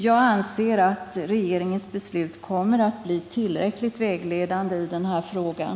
Jag anser att regeringens beslut kommer att bli tillräckligt vägledande i den här frågan.